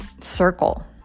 circle